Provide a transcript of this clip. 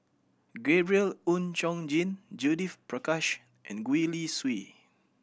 Gabriel Oon Chong Jin Judith Prakash and Gwee Li Sui